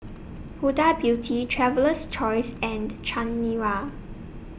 Huda Beauty Traveler's Choice and Chanira